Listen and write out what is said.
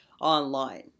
online